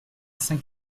saint